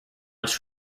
its